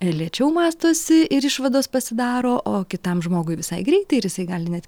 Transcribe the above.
lėčiau mąstosi ir išvados pasidaro o kitam žmogui visai greitai ir jisai gali net